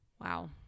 wow